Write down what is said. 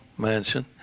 mansion